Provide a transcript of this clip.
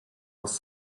was